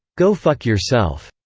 go fuck yourself.